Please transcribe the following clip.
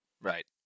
Right